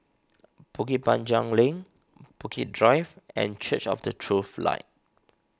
Bukit Panjang Link Bukit Drive and Church of the Truth Light